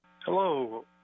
hello